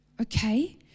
okay